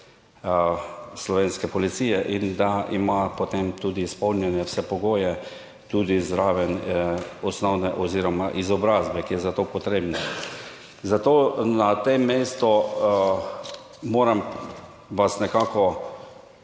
slovenske policije in da ima potem tudi izpolnjene vse pogoje, tudi zraven osnovne oziroma izobrazbe, ki je za to potrebna. Zato na tem mestu moram vas nekako